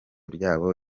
ryabo